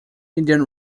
indian